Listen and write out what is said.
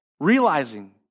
Realizing